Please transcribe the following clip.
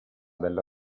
della